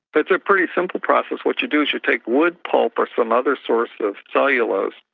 it's a pretty simple process. what you do is you take wood pulp or some other source of cellulose,